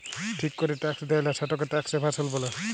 ঠিক ক্যরে ট্যাক্স দেয়লা, সেটকে ট্যাক্স এভাসল ব্যলে